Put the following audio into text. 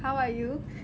how are you